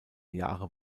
jahre